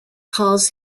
calls